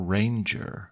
Ranger